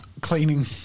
cleaning